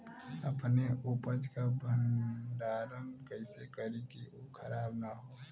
अपने उपज क भंडारन कइसे करीं कि उ खराब न हो?